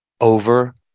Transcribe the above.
over